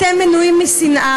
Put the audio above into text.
אתם מונעים משנאה,